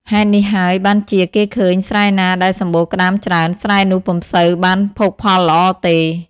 ហេតុនេះហើយ បានជាគេឃើញស្រែណាដែលសម្បូរក្ដាមច្រើន ស្រែនោះពុំសូវបានភោគផលល្អទេ ។